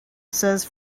says